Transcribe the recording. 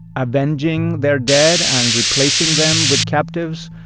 avenging their dead and replacing them with captives.